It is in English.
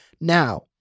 now